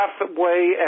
halfway